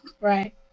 Right